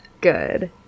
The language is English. good